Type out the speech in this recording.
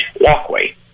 Walkway